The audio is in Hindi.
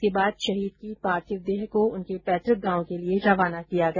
इसके बाद शहीद की पार्थिव देह को उनके पैतक गांव के लिये रवाना किया गया